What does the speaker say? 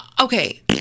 Okay